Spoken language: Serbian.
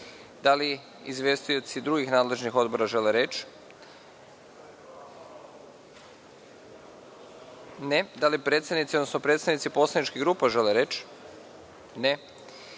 li izvestioci drugih nadležnih odbora žele reč? (Ne)Da li predsednici, odnosno predstavnici poslaničkih grupa žele reč?